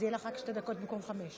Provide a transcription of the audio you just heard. אז יהיו לך רק שתי דקות במקום חמש.